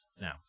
now